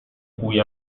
cui